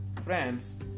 friends